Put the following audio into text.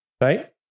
Right